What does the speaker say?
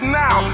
now